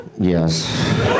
Yes